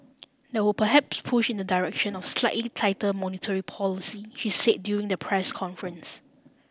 that would perhaps push in the direction of slightly tighter monetary policy she said during the press conference